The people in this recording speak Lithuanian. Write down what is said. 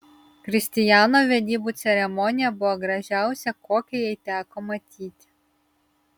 kristijano vedybų ceremonija buvo gražiausia kokią jai teko matyti